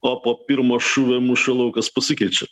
o po pirmo šūvio mūšio laukas pasikeičia